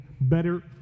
better